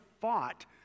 fought